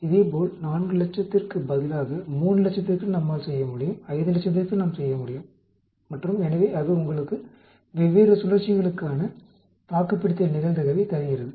இதேபோல் 400000 க்குப் பதிலாக 300000க்கு நாம் செய்யமுடியும் 500000க்கு நாம் செய்யமுடியும் மற்றும் எனவே அது உங்களுக்கு வெவ்வேறு சுழற்சிகளுக்கான தாக்குப்பிடித்தல் நிகழ்தகவைத் தருகிறது